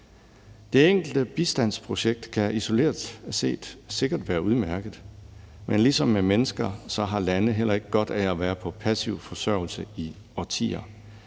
Det enkelte bistandsprojekt kan isoleret set sikkert være udmærket. Men ligesom med mennesker har lande heller ikke godt af at være på passiv forsørgelse i årtier.